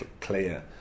clear